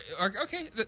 Okay